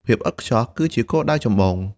ភាពឥតខ្ចោះគឺជាគោលដៅចម្បង។